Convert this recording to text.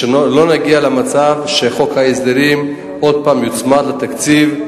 שלא נגיע למצב שחוק ההסדרים שוב יוצמד לתקציב,